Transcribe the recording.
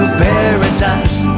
paradise